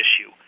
issue